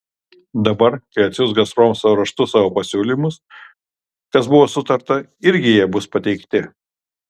dabar kai atsiųs gazprom raštu savo pasiūlymus kas buvo sutarta irgi jie bus pateikti